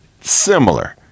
similar